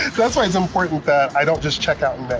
that's why it's important that i don't just check out in but